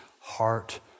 heart